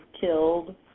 killed